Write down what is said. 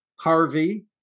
Harvey